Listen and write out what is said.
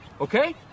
okay